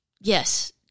Yes